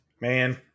Man